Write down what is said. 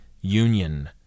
union